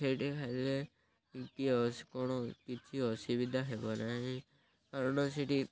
ସେଇଠି ଖାଇଲେ କି କ'ଣ କିଛି ଅସୁବିଧା ହେବ ନାହିଁ କାରଣ ସେଠି